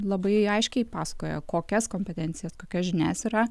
labai aiškiai pasakoja kokias kompetencijas kokias žinias yra